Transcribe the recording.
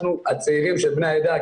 אנחנו הצעירים של בני העדה,